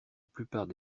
plupart